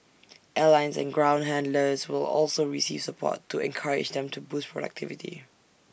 airlines and ground handlers will also receive support to encourage them to boost productivity